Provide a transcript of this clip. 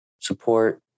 support